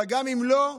אבל גם אם לא,